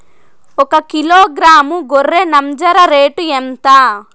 ఒకకిలో గ్రాము గొర్రె నంజర రేటు ఎంత?